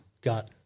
got